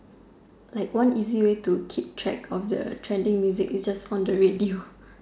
like one easy way to keep track of the trending music is just on the radio